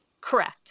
Correct